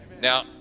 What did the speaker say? Now